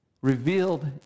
revealed